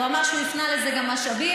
הוא אמר שהוא הפנה לזה גם משאבים,